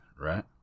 right